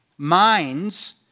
Minds